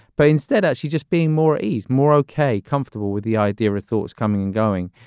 but instead she just being more ease, more okay comfortable with the idea of her thoughts coming and going.